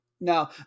Now